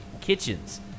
Kitchens